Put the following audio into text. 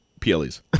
PLEs